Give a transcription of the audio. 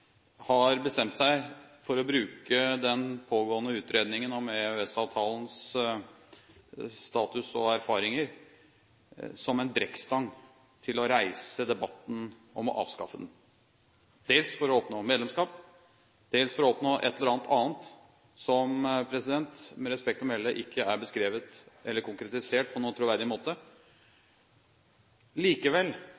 har bestemt seg for å bruke den pågående utredningen om EØS-avtalens status og erfaringer som en brekkstang til å reise debatten om å avskaffe den – dels for å oppnå medlemskap, dels for å oppnå et eller annet annet som, med respekt å melde, ikke er beskrevet eller konkretisert på noen troverdig måte.